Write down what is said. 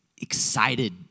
excited